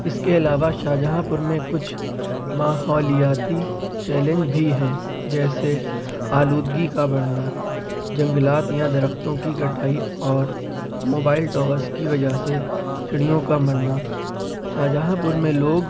اس کے علاوہ شاہجہاں پور میں کچھ ماحولیاتی چیلنج بھی ہیں جیسے آلودگی کا بڑھنا جنگلات یا درختوں کی کٹائی اور موبائل ٹاورس کی وجہ سے چڑیوں کا مرنا شاہجہاں پور میں لوگ